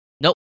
Nope